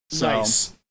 Nice